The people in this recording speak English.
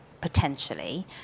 potentially